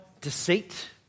deceit